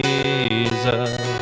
Jesus